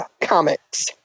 comics